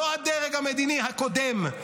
לא הדרג המדיני הקודם.